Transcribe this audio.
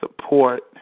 support